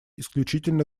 исключительно